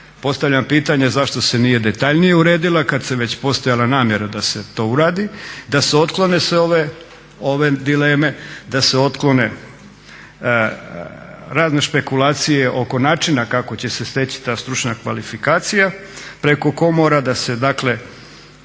Postavljam pitanje zašto se nije detaljnije uredila kad se već postojala namjera da se to uradi, da se otklone sve ove dileme, da se otklone razne špekulacije oko načina kako će se steći ta stručna kvalifikacija preko komora da se dakle,